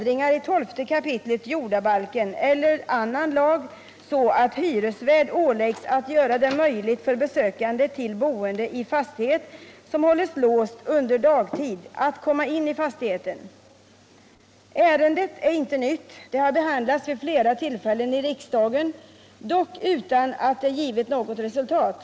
ringar i 12 kap. jordabalken — eller annan lag — så att hyresvärd åläggs att göra det möjligt för besökande till boende i fastighet som hålles låst under dagtid att komma in i fastigheten. Ärendet är inte nytt, det har behandlats vid flera tillfällen i riksdagen, dock utan att det givit något resultat.